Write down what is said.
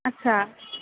আচ্ছা